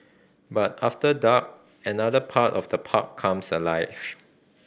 but after dark another part of the park comes alive